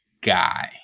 Guy